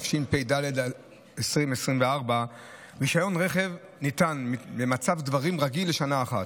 התשפ"ד 2024. רישיון רכב ניתן במצב דברים רגיל לשנה אחת.